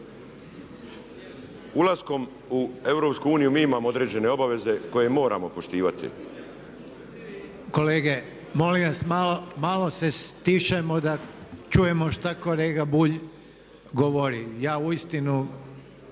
Ulaskom u EU mi imamo određene obaveze koje moramo poštivati. **Reiner, Željko (HDZ)** Kolege molim vas malo se stišajmo da čujemo šta kolega Bulj govori. Ja uistinu